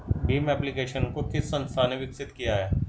Bhim application को किस संस्था ने विकसित किया है?